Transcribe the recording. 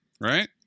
right